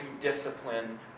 discipline